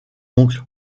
oncle